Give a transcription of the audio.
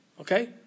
okay